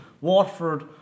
Watford